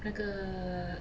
那个